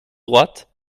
droite